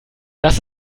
das